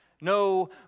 No